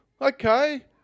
okay